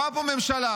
באה לפה ממשלה,